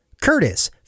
Curtis